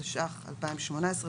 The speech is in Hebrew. התשע"ח-2018 ,